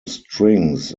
strings